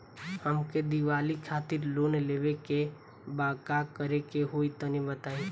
हमके दीवाली खातिर लोन लेवे के बा का करे के होई तनि बताई?